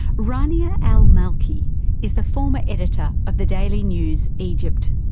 rania al malky is the former editor of the daily news egypt.